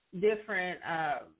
different